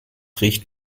riecht